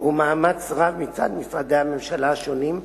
ומאמץ רב מצד משרדי הממשלה השונים,